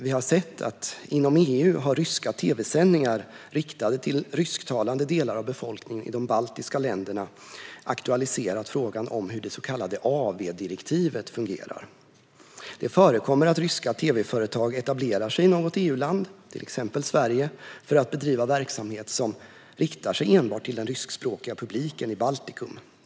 Inom EU har ryska tv-sändningar riktade till rysktalande delar av befolkningen i de baltiska länderna aktualiserat frågan om hur det så kallade AV-direktivet fungerar. Det förekommer att ryska tv-företag etablerar sig i något EU-land, till exempel Sverige, för att bedriva verksamhet som riktar sig enbart till den ryskspråkiga publiken i Baltikum.